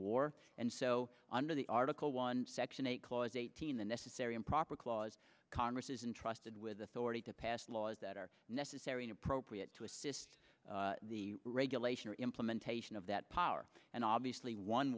war and so under the article one section eight clause eighteen the necessary and proper clause congress is intrusted with authority to pass laws that are necessary and appropriate to assist the regulation or implementation of that power and obviously one